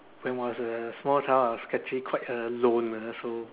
when I was a small child I was actually quite a loner so